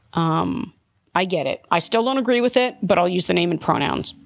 um i get it. i still don't agree with it. but i'll use the name and pronouns,